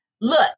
look